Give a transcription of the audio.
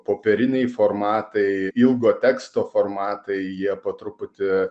popieriniai formatai ilgo teksto formatai jie po truputį